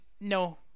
no